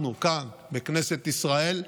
אנחנו כאן, בכנסת ישראל,